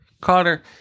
Connor